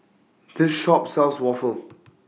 This Shop sells Waffle